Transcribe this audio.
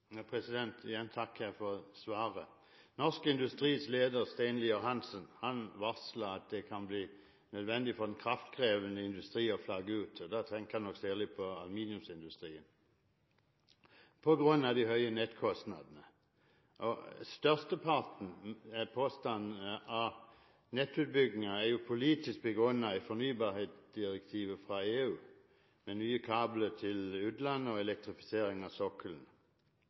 Igjen takker jeg for svaret. Norsk Industris leder, Stein Lier-Hansen, varsler at det kan bli nødvendig for den kraftkrevende industrien å flagge ut – da tenker han nok særlig på aluminiumsindustrien – på grunn av de høye nettkostnadene. Størsteparten av nettutbyggingen er jo politisk begrunnet i fornybarhetsdirektivet fra EU, med nye kabler til utlandet og elektrifisering av sokkelen.